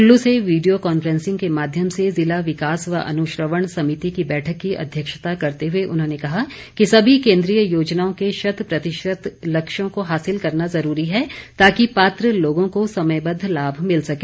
कुल्लू से video conferencing के माध्यम से ज़िला विकास व अनुश्रवण समिति की बैठक की अध्यक्षता करते हुए उन्होंने कहा कि सभी केन्द्रीय योजनाओं के शत प्रतिशत लक्ष्यों को हासिल करना ज़रूरी है ताकि पात्र लोगों को समयबद्व लाभ मिल सके